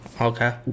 Okay